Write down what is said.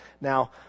Now